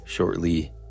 Shortly